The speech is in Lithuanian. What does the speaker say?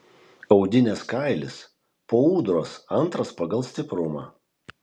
audinės kailis po ūdros antras pagal stiprumą